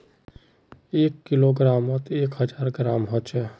एक किलोग्रमोत एक हजार ग्राम होचे